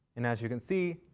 and as you can see,